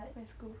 my school